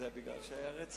זה מכיוון שהיה רצף.